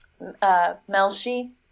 Melshi